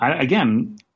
again